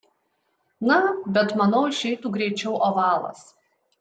na bet manau išeitų greičiau ovalas